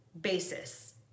basis